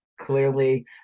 clearly